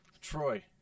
Troy